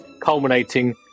culminating